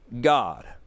God